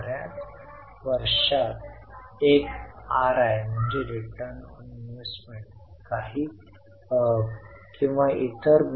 balance sheet मध्ये एक item आहे पहा आपण सी म्हणून चिन्हांकित केले होते आणि आपण चर्चा केली की ही 1700 प्रवाह किंवा बहिर्वाह नाही